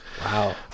Wow